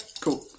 cool